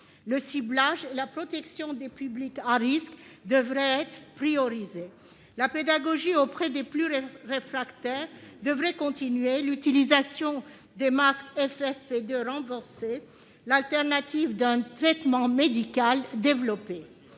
Le ciblage et la protection des publics à risque devraient être privilégiés ; la pédagogie auprès des plus réfractaires devrait continuer ; l'utilisation des masques FFP2 devrait être renforcée et le traitement médical, développé.